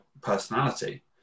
personality